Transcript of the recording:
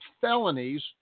felonies